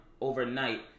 overnight